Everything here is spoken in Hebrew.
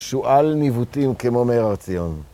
שועל ניווטים כמו מאיר הר-ציון.